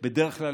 בדרך כלל,